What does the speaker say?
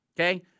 Okay